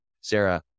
Sarah